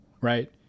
right